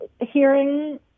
hearing